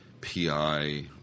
PI